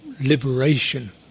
liberation